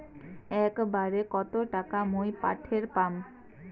একবারে কত টাকা মুই পাঠের পাম?